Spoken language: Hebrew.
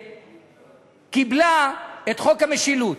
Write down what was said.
קיבלה את חוק המשילות.